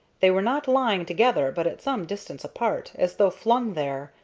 they were not lying together, but at some distance apart, as though flung there,